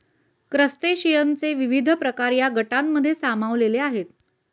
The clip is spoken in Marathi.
क्रस्टेशियनचे विविध प्रकार या गटांमध्ये सामावलेले आहेत